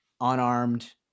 unarmed